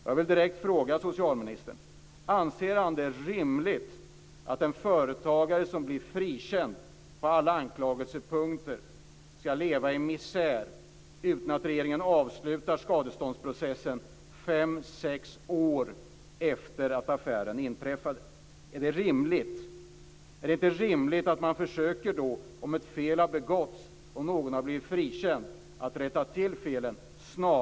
Jag vill direkt fråga socialministern: Anser han att det är rimligt att en företagare som blir frikänd på alla anklagelsepunkter ska leva i misär utan att regeringen avslutar skadeståndsprocessen fem sex år efter det att affären inträffade? Är det rimligt? Är det inte rimligt, om ett fel har begåtts och någon har blivit frikänd, att man försöker rätta till felen snarast?